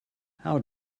how